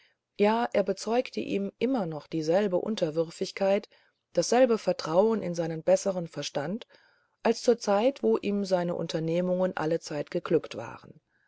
ja er bezeugte ihm immer noch dieselbe unterwürfigkeit dasselbe vertrauen in seinen bessern verstand als zur zeit wo ihm seine unternehmungen allezeit geglückt waren